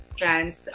trans